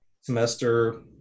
Semester